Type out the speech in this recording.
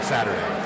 Saturday